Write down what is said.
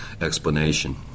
explanation